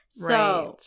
Right